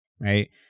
right